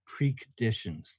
preconditions